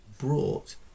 brought